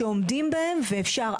שעומדים בהם ואפשר.